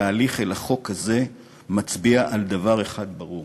התהליך אל החוק הזה מצביע על דבר אחד ברור: